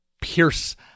pierce